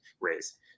raise